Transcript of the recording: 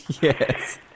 Yes